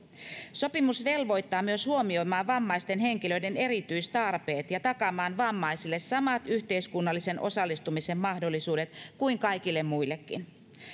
sopimus velvoittaa myös huomioimaan vammaisten henkilöiden erityistarpeet ja takaamaan vammaisille samat yhteiskunnallisen osallistumisen mahdollisuudet kuin kaikille muillekin